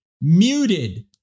muted